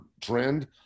trend